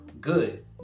good